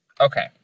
Okay